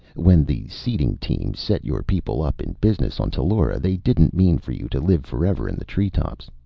when the seeding team set your people up in business on tellura, they didn't mean for you to live forever in the treetops.